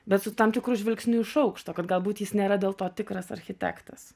bet su tam tikru žvilgsniu iš aukšto kad galbūt jis nėra dėl to tikras architektas